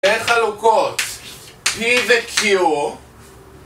בין חלוקות, P ו-Q